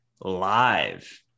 Live